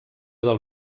del